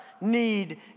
need